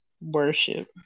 worship